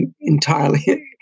entirely